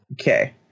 Okay